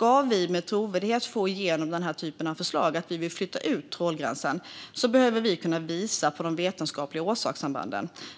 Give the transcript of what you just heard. om vi med trovärdighet ska få igenom ett förslag om att flytta ut trålgränsen behöver vi kunna visa de vetenskapliga orsakssambanden.